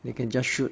they can just shoot